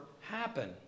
happen